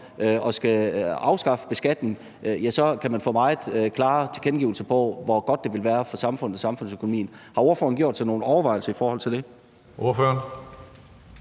at skulle afskaffe beskatning, kan få meget klare tilkendegivelser på, hvor godt det ville være for samfundet og samfundsøkonomien. Har ordføreren gjort sig nogle overvejelser om det?